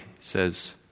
says